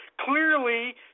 clearly